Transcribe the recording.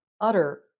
utter